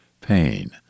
Pain